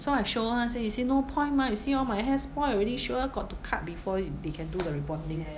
so I show ah say you see no point mah you see all my hair spoil already sure got to cut before they can do the rebonding